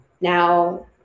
now